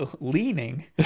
leaning